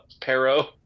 Pero